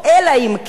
אלא אם כן,